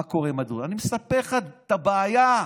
מה קורה עם, אני מספר לך את הבעיה.